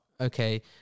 Okay